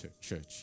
church